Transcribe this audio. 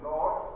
Lord